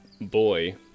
boy